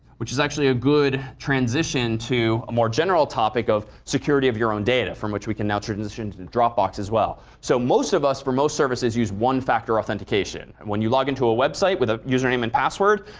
which is actually a good transition to a more general topic of security of your own data, from which we can now transition into and dropbox as well. so most of us for most services use one-factor authentication. when you log into a website with a username and password,